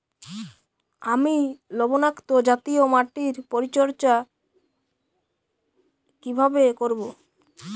আমি লবণাক্ত জাতীয় মাটির পরিচর্যা কিভাবে করব?